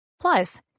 Plus